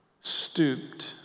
stooped